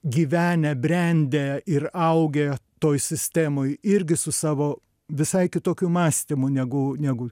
gyvenę brendę ir augę toj sistemoj irgi su savo visai kitokiu mąstymu negu negu